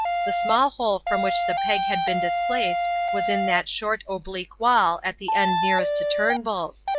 the small hole from which the peg had been displaced was in that short oblique wall at the end nearest to turnbull's.